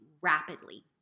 rapidly